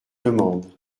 demandent